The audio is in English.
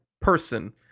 person